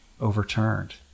overturned